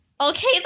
Okay